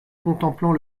contemplant